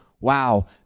Wow